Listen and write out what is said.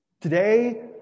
Today